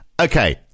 Okay